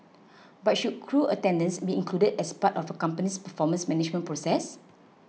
but should crew attendance be included as part of a company's performance management process